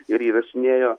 ir įrašinėjo